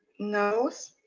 nose,